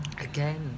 Again